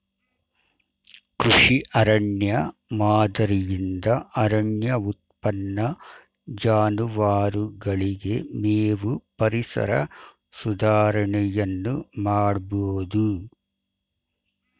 ಕೃಷಿ ಅರಣ್ಯ ಮಾದರಿಯಿಂದ ಅರಣ್ಯ ಉತ್ಪನ್ನ, ಜಾನುವಾರುಗಳಿಗೆ ಮೇವು, ಪರಿಸರ ಸುಧಾರಣೆಯನ್ನು ಮಾಡಬೋದು